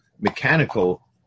mechanical